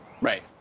Right